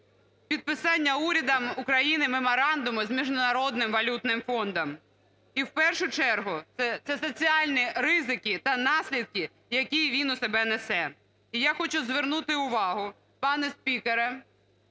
підписання урядом України Меморандуму з Міжнародним валютним фондом. І в першу чергу, це соціальні ризики та наслідки, які він у собі несе. Я хочу звернути увагу, пане спікере,